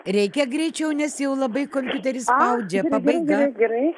reikia greičiau nes jau labai kompiuteris spaudžia pabaiga gerai